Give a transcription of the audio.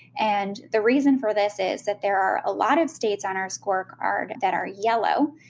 and the reason for this is that there are a lot of states on our scorecard that are yellow,